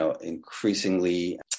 increasingly